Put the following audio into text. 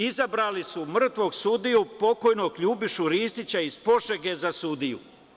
Izabrali su mrtvog sudiju, pokojnog Ljubišu Ristića iz Požege za sudiju.